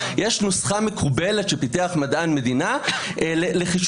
יש נוסחה מקובלת שפיתח מדען מדינה לחישוב